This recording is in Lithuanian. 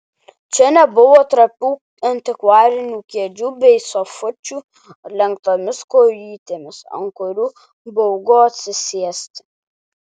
čia nebuvo trapių antikvarinių kėdžių bei sofučių lenktomis kojytėmis ant kurių baugu atsisėsti